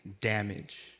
damage